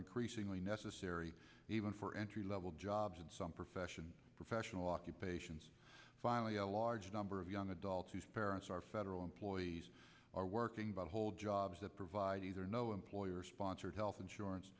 increasingly necessary even for entry level jobs in some professions professional occupations finally a large number of young adults whose parents are federal employees are working but hold jobs that provide either no lawyer sponsored health insurance